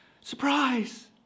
Surprise